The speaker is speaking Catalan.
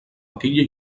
aquella